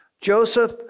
Joseph